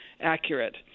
accurate